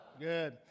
Good